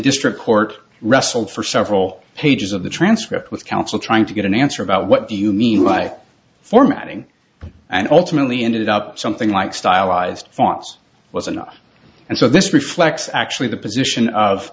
district court wrestled for several pages of the transcript with counsel trying to get an answer about what do you mean like formatting and ultimately ended up something like stylized fobs was enough and so this reflects actually the position of